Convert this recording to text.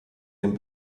den